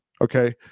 Okay